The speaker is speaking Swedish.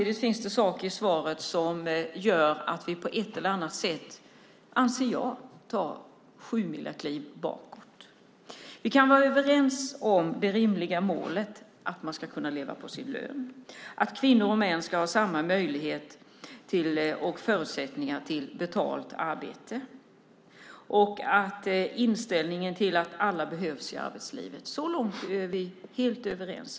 Det finns också sådant i svaret som jag anser innebär att vi tar sjumilakliv bakåt. Vi kan vara överens om det rimliga målet att man ska kunna leva på sin lön, att kvinnor och män ska ha samma möjlighet till betalt arbete och inställningen att alla behövs i arbetslivet. Så långt är vi helt överens.